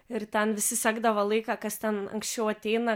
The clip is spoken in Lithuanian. ir ten visi sekdavo laiką kas ten anksčiau ateina